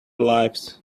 lives